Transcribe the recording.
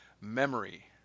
memory